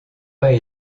pas